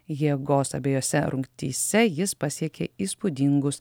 jėgos abiejose rungtyse jis pasiekė įspūdingus